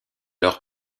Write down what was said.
lors